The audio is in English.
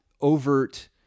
overt